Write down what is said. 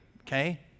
okay